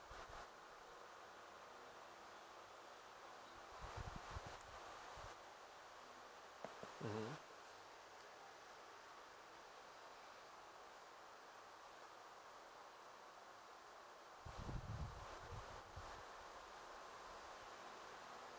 mmhmm